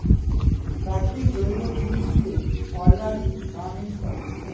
প্রাকৃতিক জৈব জিনিস দিয়ে অর্গানিক ফার্মিং করে